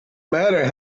matter